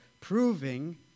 proving